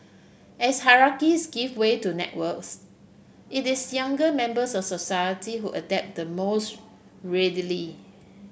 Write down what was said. as hierarchies give way to networks it is younger members of society who adapt the most readily